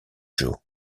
joe